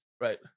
Right